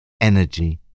energy